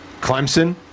Clemson